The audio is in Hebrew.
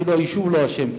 ואפילו היישוב לא אשם,